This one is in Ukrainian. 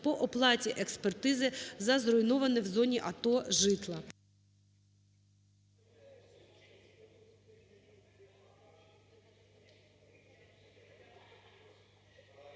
по оплаті експертизи за зруйноване в зоні АТО житло.